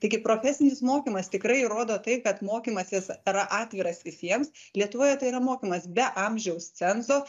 taigi profesinis mokymas tikrai rodo tai kad mokymasis yra atviras visiems lietuvoje tai yra mokymas be amžiaus cenzo